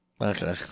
Okay